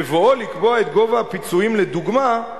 בבואו לקבוע את גובה הפיצויים לדוגמה,